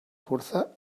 fuerza